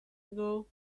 ago